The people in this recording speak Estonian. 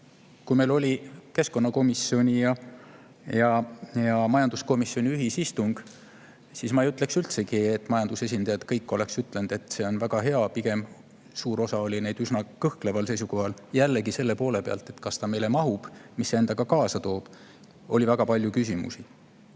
Meil oli keskkonnakomisjoni ja majanduskomisjoni ühisistung ning ma ei ütleks üldsegi, et kõik majanduse esindajad oleks seal ütelnud, et see on väga hea. Pigem oli suur osa neid üsna kõhkleval seisukohal. Jällegi selle poole pealt, kas see meile mahub ja mis see endaga kaasa toob, oli väga palju küsimusi.